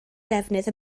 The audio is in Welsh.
defnydd